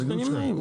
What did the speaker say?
אנחנו נמנעים.